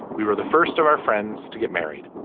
we were the first of our friends to get married.